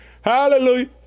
hallelujah